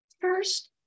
First